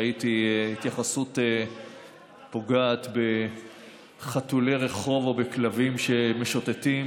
ראיתי התייחסות פוגעת בחתולי רחוב או בכלבים משוטטים